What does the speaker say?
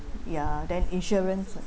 ya then insurance